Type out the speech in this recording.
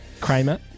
Kramer